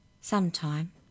Sometime